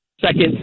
second